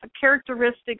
characteristics